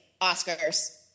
oscars